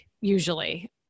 usually